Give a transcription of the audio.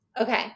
Okay